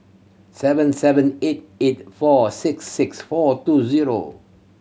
seven seven eight eight four six six four two zero